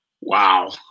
Wow